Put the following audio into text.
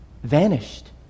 vanished